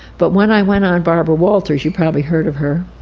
but when i went on barbara walters, you've probably heard of her,